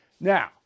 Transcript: Now